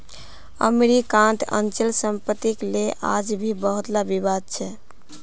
अमरीकात अचल सम्पत्तिक ले आज भी बहुतला विवाद छ